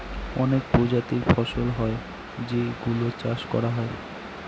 অনেক প্রজাতির ফসল হয় যেই গুলো চাষ করা হয়